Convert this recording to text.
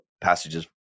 passages